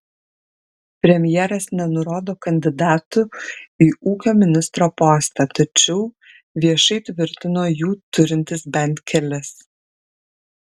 premjeras nenurodo kandidatų į ūkio ministro postą tačiau viešai tvirtino jų turintis bent kelis